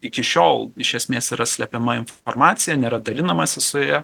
iki šiol iš esmės yra slepiama informacija nėra dalinamasi su ja